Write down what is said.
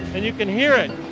and you can hear it!